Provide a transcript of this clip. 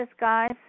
guys